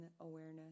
awareness